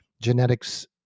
genetics